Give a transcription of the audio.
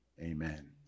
Amen